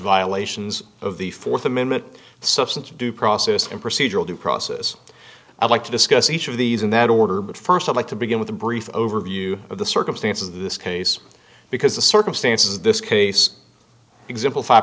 violations of the th amendment substance of due process and procedural due process i'd like to discuss each of these in that order but st i'd like to begin with a brief overview of the circumstances of this case because the circumstances this case exampl